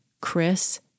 Chris